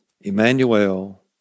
Emmanuel